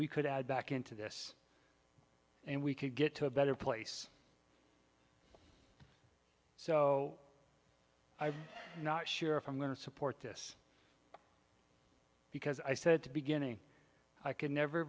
we could add back into this and we could get to a better place so i'm not sure if i'm going to support this because i said to beginning i could never